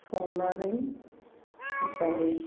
संनानै जायो